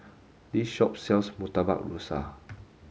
this shop sells Murtabak Rusa